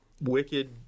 wicked